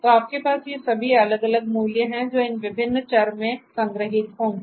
तो आपके पास ये सभी अलग अलग मूल्य हैं जो इन विभिन्न चर में संग्रहीत होंगी